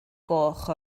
goch